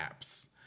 apps